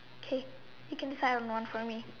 okay you can decide on one for me